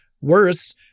Worse